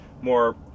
more